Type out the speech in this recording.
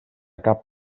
cap